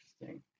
interesting